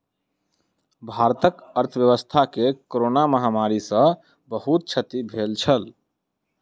भारतक अर्थव्यवस्था के कोरोना महामारी सॅ बहुत क्षति भेल छल